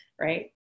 right